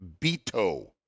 Beto